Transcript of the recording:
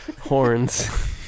horns